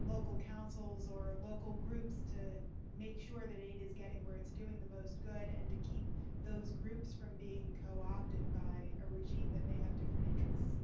local councils or local groups to make sure that aid is getting where it's doing the most good, and to keep those groups from being co-opted by a regime that may have different interests?